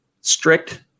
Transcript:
strict